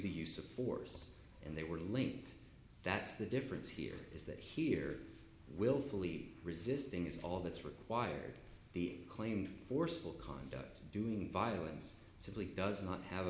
the use of force and they were linked that's the difference here is that here willfully resisting is all that's required the claim forceful conduct doing violence simply does not have